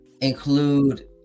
include